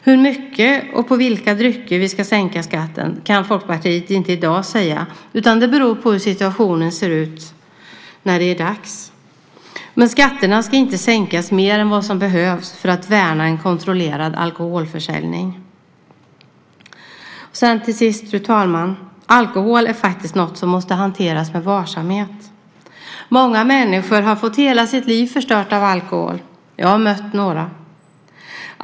Hur mycket och för vilka drycker vi ska sänka skatten kan Folkpartiet i dag inte säga, utan det beror på hur situationen ser ut när det är dags för detta. Men skatterna ska inte sänkas mer än som behövs för att värna en kontrollerad alkoholförsäljning. Till sist, fru talman: Alkohol är faktiskt något som måste hanteras med varsamhet. Många människor har fått hela livet förstört av alkohol. Jag har mött några av dem.